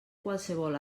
qualsevol